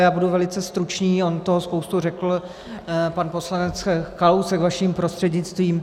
Já budu velice stručný, on toho spoustu řekl pan poslanec Kalousek vaším prostřednictvím.